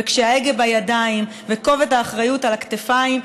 וכשההגה בידיים וכובד האחריות על הכתפיים,